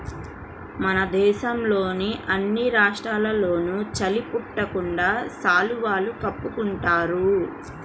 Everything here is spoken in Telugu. మన దేశంలోని అన్ని రాష్ట్రాల్లోనూ చలి పుట్టకుండా శాలువాని కప్పుకుంటున్నారు